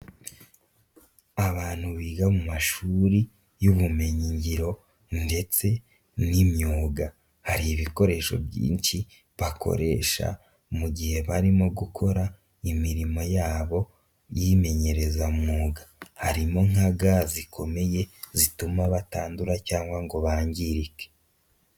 Abantu biga mu mashuri y'ubumenyingiro ndetse n'imyuga, hari ibikoresho byinshi bakoresha mu gihe barimo gukora imirimo yabo y'imenyerezamwuga, harimo nka ga zikomeye, zituma batandura cyangwa ngo bangirike.